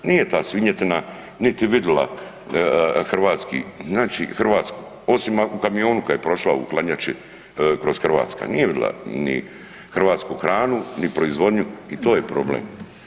Nije ta svinjetina niti vidila hrvatski, znači Hrvatsku osim u kamionu kad je prošla u hladnjači kroz Hrvatsku, nije vidila ni hrvatsku hranu ni proizvodnju i to je problem.